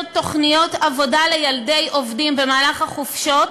תוכניות עבודה לילדי עובדים במהלך החופשות,